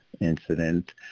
incident